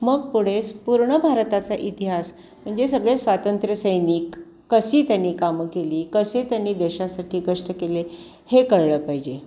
मग पुढेच पूर्ण भारताचा इतिहास म्हणजे सगळे स्वातंत्र्यसैनिक कशी त्यांनी कामं केली कसे त्यांनी देशासाठी कष्ट केले हे कळलं पाहिजे